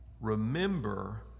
Remember